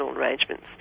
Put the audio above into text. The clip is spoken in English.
arrangements